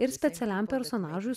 ir specialiam personažui